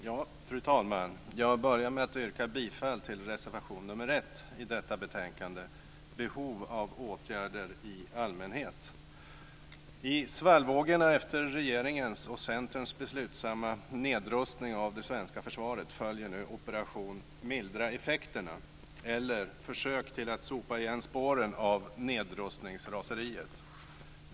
Fru talman! Jag börjar med att yrka bifall till reservation nr 1 i detta betänkande, Behov av åtgärder i allmänhet. I svallvågorna efter regeringens och Centerns beslutsamma nedrustning av det svenska försvaret följer nu operation "mildra effekterna" eller "försök till att sopa igen spåren av nedrustningsraseriet".